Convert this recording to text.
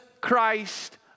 Christ